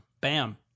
Bam